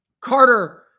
Carter